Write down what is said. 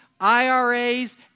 IRAs